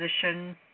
position